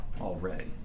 already